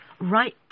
right